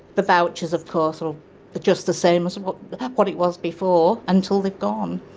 the vouchers of course are just the same as what what it was before, until they've gone.